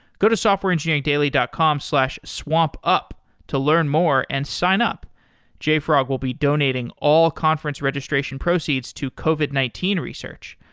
go to softwareengineeringdaily dot com slash swampup to learn more and sign up jfrog will be donating all conference registration proceeds to covit nineteen research.